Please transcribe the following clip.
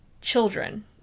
children